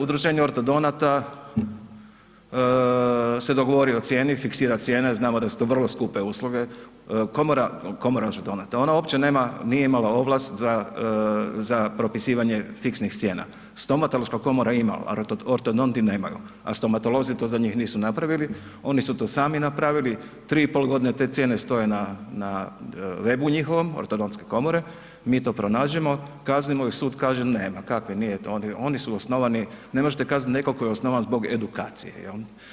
Udruženje ortodonata se dogovori o cijeni, fiksira cijene, znamo da su to vrlo skupe usluge, komora …/nerazumljivo/… ona opće nema, nije imala ovlast za propisivanje fiksnih cijena, stomatološka komora je imala, a ortodoni nemaju, a stomatolozi to za njih nisu napravili, oni su to sami napravili, 3,5 godine te cijene stoje na webu njihovom ortodontske komore, mi to pronađemo, kaznimo ih, sud kaže ne ma kakvi oni su osnovani, ne možete kazniti nekog tko je osnovan zbog edukacije jel.